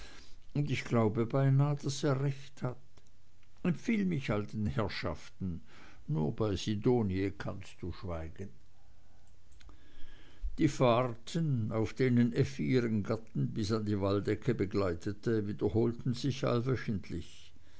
und ich glaube beinah daß er recht hat empfiehl mich all den herrschaften nur bei sidonie kannst du schweigen die fahrten auf denen effi ihren gatten bis an die waldecke begleitete wiederholten sich